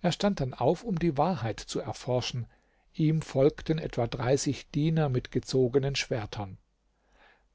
er stand dann auf um die wahrheit zu erforschen ihm folgten etwa dreißig diener mit gezogenen schwertern